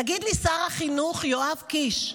תגיד לי, שר החינוך יואב קיש,